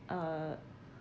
uh